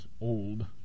old